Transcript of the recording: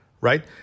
right